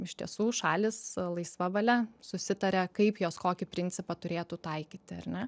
iš tiesų šalys laisva valia susitaria kaip jos kokį principą turėtų taikyti ar ne